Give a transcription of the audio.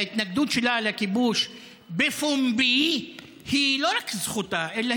ההתנגדות שלה לכיבוש בפומבי היא לא רק זכותה אלא